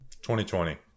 2020